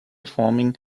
forming